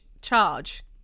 charge